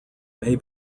may